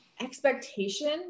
expectation